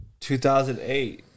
2008